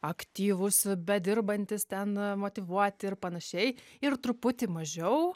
aktyvūs bedirbantys ten motyvuoti ir panašiai ir truputį mažiau